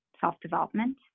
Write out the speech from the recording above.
self-development